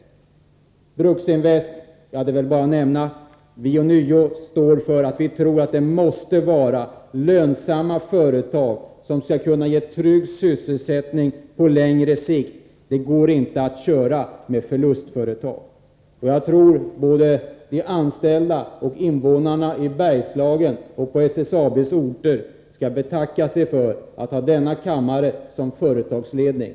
Beträffande Bruksinvest är väl bara att säga att vi alltfort tror att det måste vara lönsamma företag som skall ge trygg sysselsättning på längre sikt. Det går inte att lita till förlustföretag. Jag tror att både de anställda och invånarna i Bergslagen och på SSAB:s orter betackar sig för att ha denna kammare som företagsledning.